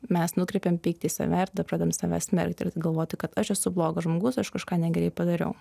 mes nukreipiam pyktį į save ir tada pradedam save smerkt ir galvoti kad aš esu blogas žmogus aš kažką negerai padariau